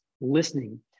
listening